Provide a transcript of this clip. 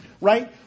Right